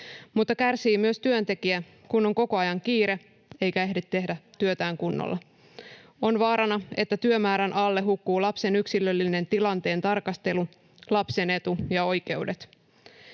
mutta kärsii myös työntekijä, kun on koko ajan kiire eikä ehdi tehdä työtään kunnolla. On vaarana, että työmäärän alle hukkuvat lapsen yksilöllisen tilanteen tarkastelu sekä lapsen etu ja oikeudet.